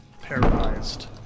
Paralyzed